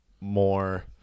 more